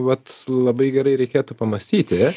vat labai gerai reikėtų pamąstyti